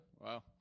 Wow